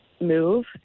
move